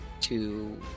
to-